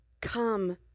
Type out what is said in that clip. come